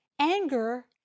Anger